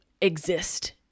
exist